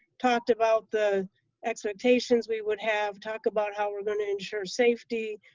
talked about the expectations we would have, talk about how we're gonna ensure safety,